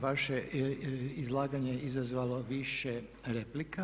Vaše izlaganje je izazvalo više replika.